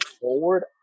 forward